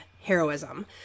heroism